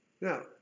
Now